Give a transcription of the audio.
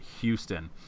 Houston